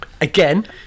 again